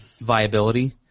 viability